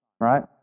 Right